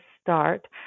start